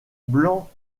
blancs